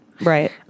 Right